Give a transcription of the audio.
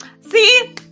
See